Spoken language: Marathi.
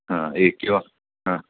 हां एक किंवा हां